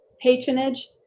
patronage